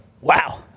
wow